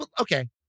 okay